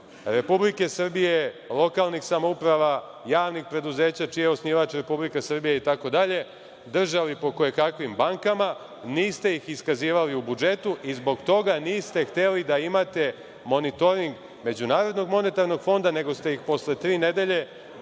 Republike Srbije, lokalnih samouprava, javnih preduzeća, čiji je osnivač Republika Srbija itd. držali po koje kakvim bankama, niste ih iskazivali u budžetu i zbog toga niste hteli da imate monitoring MMF, nego ste posle tri nedelje